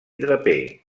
draper